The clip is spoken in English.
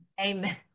Amen